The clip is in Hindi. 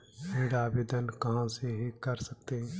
ऋण आवेदन कहां से कर सकते हैं?